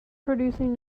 producing